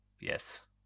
Yes